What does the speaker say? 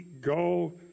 go